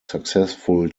successful